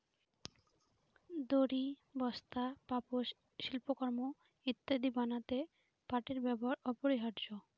দড়ি, বস্তা, পাপোষ, শিল্পকর্ম ইত্যাদি বানাতে পাটের ব্যবহার অপরিহার্য